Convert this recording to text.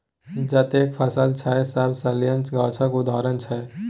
जतेक फसल छै सब सलियाना गाछक उदाहरण छै